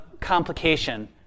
complication